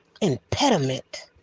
impediment